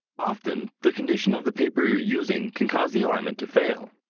often the condition of the paper you're using can cause the alignment to fail.